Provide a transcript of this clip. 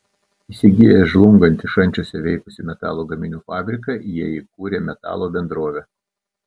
įsigiję žlungantį šančiuose veikusį metalo gaminių fabriką jie įkūrė metalo bendrovę